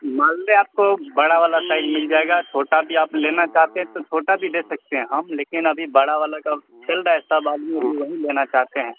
مالدہ آپ کو بڑا والا سائز مل جائے گا چھوٹا بھی آپ لینا چاہتے ہیں تو چھوٹا بھی دے سکتے ہیں ہم لیکن ابھی بڑا والا کا چل رہا ہے سب آدمی ابھی وہی لینا چاہتے ہیں